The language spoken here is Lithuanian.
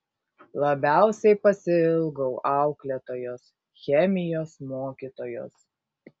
labiausiai pasiilgau auklėtojos chemijos mokytojos